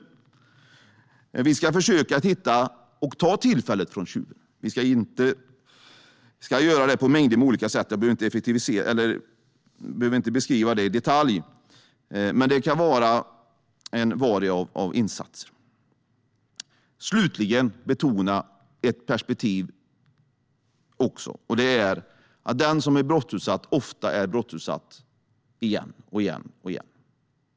Vi ska försöka att hitta och ta tillfället från tjuven. Vi ska göra det på mängder med olika sätt som jag inte behöver beskriva i detalj. Men det kan handla om varia insatser. Slutligen ska jag betona ett annat perspektiv, nämligen att den som är brottsutsatt ofta är brottsutsatt igen och igen.